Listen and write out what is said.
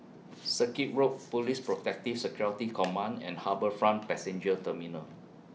Circuit Road Police Protective Security Command and HarbourFront Passenger Terminal